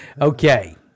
Okay